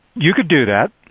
you could do that.